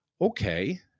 Okay